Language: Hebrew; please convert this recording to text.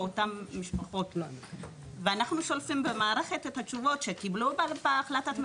או אותם משפחות ואנחנו מפרסמים בערכת את התשובות שקיבלו בהחלטת ממשלה.